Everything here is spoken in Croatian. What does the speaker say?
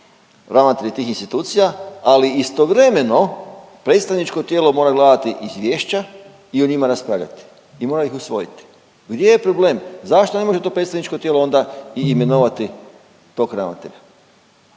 ravnatelja tih institucija, ali istovremeno predstavničko tijelo mora gledati izvješća i o njima raspravljati i mora ih usvojiti. Gdje je problem? Zašto ne može to predstavničko tijelo onda i imenovati tog ravnatelja?